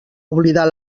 oblidar